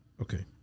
okay